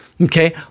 Okay